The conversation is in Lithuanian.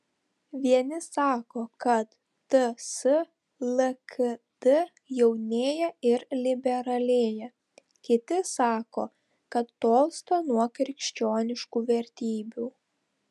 vieni sako kad ts lkd jaunėja ir liberalėja kiti sako kad tolsta nuo krikščioniškų vertybių